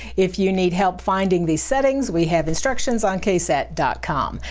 if you need help finding the settings we have instructions on ksat dot com.